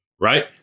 right